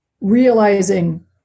realizing